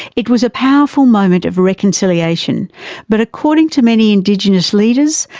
it was a powerful moment of reconciliation but, according to many indigenous leaders,